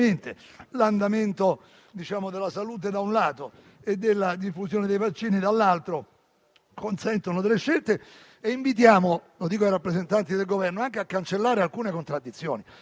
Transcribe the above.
L'andamento della salute, da un lato, e della diffusione dei vaccini, dall'altro, consente di fare delle scelte. Invitiamo - e mi rivolgo ai rappresentanti del Governo - a cancellare alcune contraddizioni.